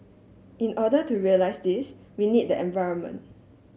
in order to realise this we need the environment